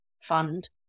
fund